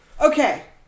Okay